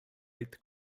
eighth